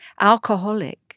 alcoholic